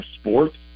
sports